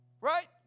Right